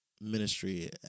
ministry